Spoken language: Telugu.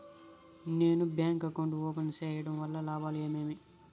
నేను బ్యాంకు అకౌంట్ ఓపెన్ సేయడం వల్ల లాభాలు ఏమేమి?